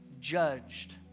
judged